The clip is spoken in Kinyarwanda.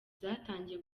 zatangiye